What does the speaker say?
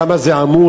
כמה זה עמוס.